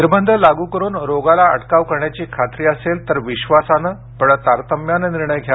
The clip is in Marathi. निर्बंध लागू करुन रोगाला अटकाव करण्याची खात्री असेल तर विश्वासाने पण तारतम्याने निर्णय घ्या